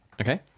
Okay